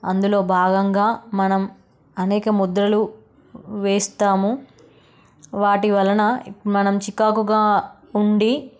అందులో భాగంగా మనం అనేక ముద్రలు వేస్తాము వాటి వలన మనం చికాకుగా ఉండి